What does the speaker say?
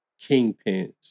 kingpins